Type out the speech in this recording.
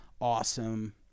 awesome